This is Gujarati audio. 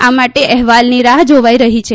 આ માટે અહેવાલની રાફ જોવાઈ રહી છે